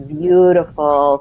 beautiful